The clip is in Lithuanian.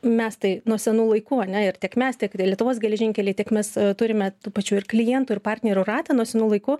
mes tai nuo senų laikų ane ir tiek mes tiek lietuvos geležinkeliai tiek mes turime tų pačių ir klientų ir partnerių ratą nuo senų laikų